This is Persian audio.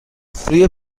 روی